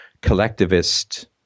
collectivist